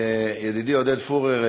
ידידי עודד פורר,